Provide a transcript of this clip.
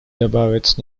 добавить